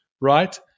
right